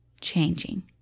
changing